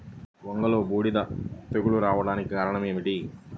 వంగలో బూడిద తెగులు రావడానికి కారణం ఏమిటి?